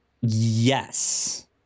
yes